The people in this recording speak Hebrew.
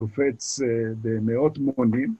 תופץ במאות מונים.